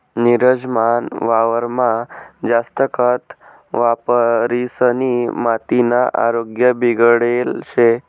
नीरज मना वावरमा जास्त खत वापरिसनी मातीना आरोग्य बिगडेल शे